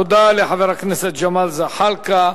תודה לחבר הכנסת ג'מאל זחאלקה.